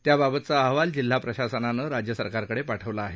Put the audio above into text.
त्याबाबतचा अहवाल जिल्हा प्रशासनानं राज्य सरकारकडे पाठवला आहे